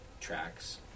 tracks